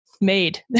made